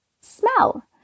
smell